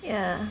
yeah